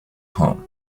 home